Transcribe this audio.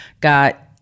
got